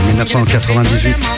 1998